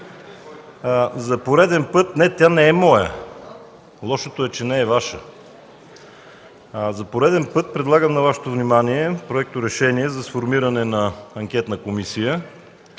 РУМЕН ПЕТКОВ: Не, тя не е моя. Лошото е, че не е Ваша. За пореден път предлагам на Вашето внимание проекторешение за сформиране на анкетна комисия,